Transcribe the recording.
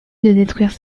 détruire